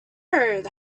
that